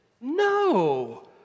no